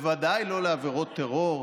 ובוודאי לא לעבירות טרור.